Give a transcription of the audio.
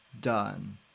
done